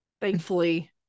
thankfully